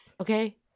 Okay